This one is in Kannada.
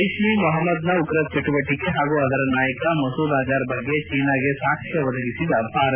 ಜೈಷ್ ಇ ಮೊಹಮ್ನದ್ನ ಉಗ್ರ ಚಟುವಟಿಕೆ ಹಾಗೂ ಅದರ ನಾಯಕ ಮಸೂದ್ ಅಜರ್ ಬಗ್ಗೆ ಚೀನಾಗೆ ಸಾಕ್ಷ್ನ ಒದಗಿಸಿದ ಭಾರತ